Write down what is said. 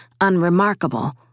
unremarkable